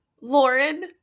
Lauren